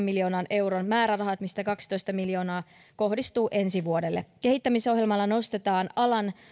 miljoonan euron määräraha mistä kaksitoista miljoonaa kohdistuu ensi vuodelle kehittämisohjelmalla nostetaan alan